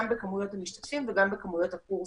בכמויות המשתתפים וגם בכמויות הקורסים.